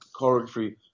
choreography